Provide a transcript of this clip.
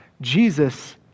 Jesus